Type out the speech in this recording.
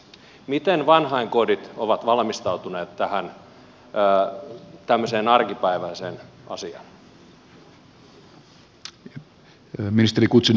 miten vanhainkodit ovat valmistautuneet tähän tämmöiseen arkipäiväiseen asiaan